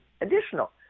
additional